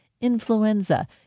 influenza